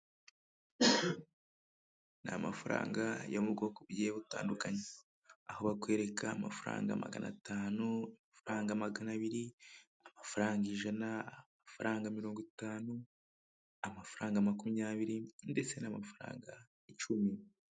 Ni amafaranga yo mu bwoko bugiye butandukanye, aho bakwereka amafaranga magana atanu, amafaranga magana abiri, amafaranga ijana, amafaranga mirongo itanu, amafaranga makumyabiri, ndetse n'amafaranga icumi.